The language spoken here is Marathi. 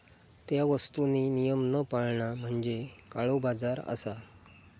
त्या वस्तुंनी नियम न पाळणा म्हणजे काळोबाजार असा